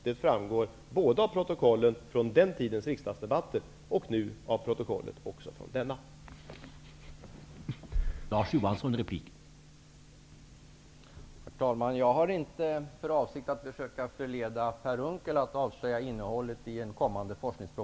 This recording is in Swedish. Det framgår både av protokollet från den tidens riksdagsdebatter och av protokollet från denna debatt.